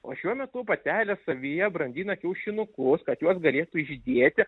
o šiuo metu patelės savyje brandina kiaušinukus kad juos galėtų išdėti